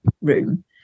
room